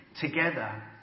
Together